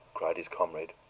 cried his comrade.